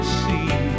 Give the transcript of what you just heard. see